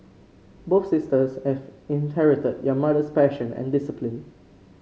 both sisters have inherited their mother's passion and discipline